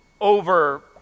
over